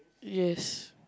yes